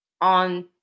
on